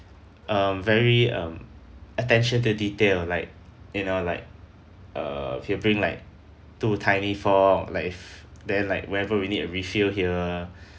um very um attention to detail like you know like err he'll bring like two tiny fork like then like whenever you need a refill he will